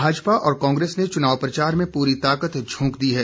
भाजपा और कांग्रेस ने चुनाव प्रचार में पूरी ताकत झोंक दी है